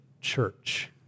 church